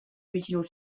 original